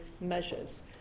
measures